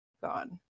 gone